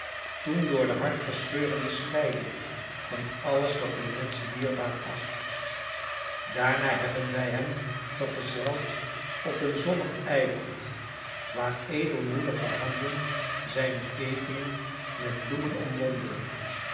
toen door de hartverscheurende scheiding van alles wat de mensch dierbaar acht daarna hebben wij hem vergezeld op een zonnig eiland waar edelmoedige handen zijne ketenen met bloemen omwonden